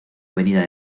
avenida